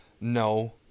no